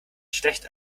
schlecht